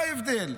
מה ההבדל?